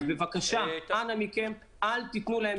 בבקשה, אנא מכם, אל תתנו להם להתרסק.